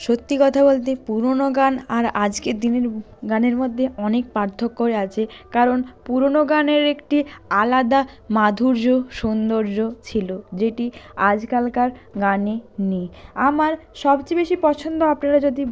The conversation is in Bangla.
সত্যি কথা বলতে পুরোনো গান আর আজকের দিনের গানের মধ্যে অনেক পার্থক্যই আছে কারণ পুরোনো গানের একটি আলাদা মাধুর্য সুন্দর্য ছিলো যেটি আজকালকার গানে নেই আমার সবচেয়ে বেশি পছন্দ আপনারা যদি